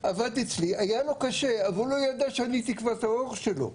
הוא עבד אצלי והיה לו קשה אבל הוא לא ידע שהוא תקוות האור שלי.